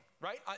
right